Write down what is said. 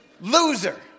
loser